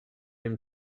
him